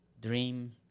dream